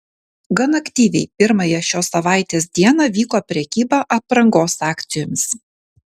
gan aktyviai pirmąją šios savaitės dieną vyko prekyba aprangos akcijomis